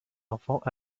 enfants